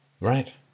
Right